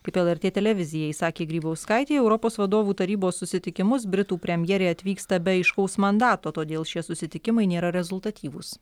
kaip lrt televizijai sakė grybauskaitė į europos vadovų tarybos susitikimus britų premjerė atvyksta be aiškaus mandato todėl šie susitikimai nėra rezultatyvūs